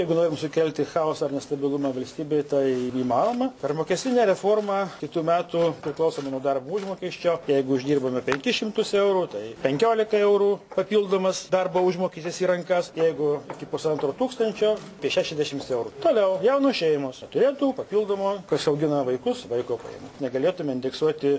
jeigu norim sukelti chaosą ar nestabilumą valstybėje tai įmanoma per mokestinę reformą kitų metų priklausomai nuo darbo užmokesčio jeigu uždirbome penkis šimtus eurų tai penkiolika eurų papildomas darbo užmokestis į rankas jeigu iki pusantro tūkstančio apie šešiasdešimts eurų toliau jaunos šeimos turėtų papildomo kas augina vaikus vaiko pajamų negalėtume indeksuoti